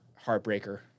heartbreaker